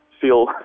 feel